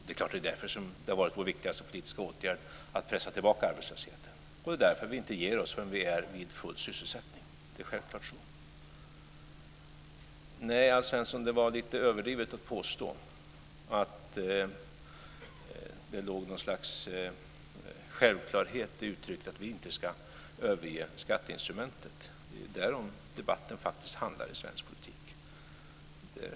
Det är därför det har varit vår viktigaste politiska åtgärd att pressa tillbaka arbetslösheten. Det är därför vi inte ger oss förrän vi är vid full sysselsättning. Det är självklart. Det var lite överdrivet att påstå att det låg någon självklarhet i uttrycket att vi inte ska överge skatteinstrumentet, Alf Svensson. Det är därom debatten i svensk politisk faktiskt handlar.